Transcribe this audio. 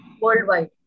worldwide